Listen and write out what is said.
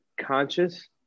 conscious